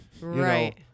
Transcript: Right